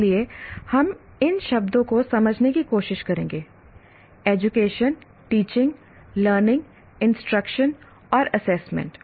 इसलिए हम इन शब्दों को समझने की कोशिश करेंगे एजुकेशन टीचिंग लर्निंग इंस्ट्रक्शन और एसेसमेंट